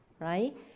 right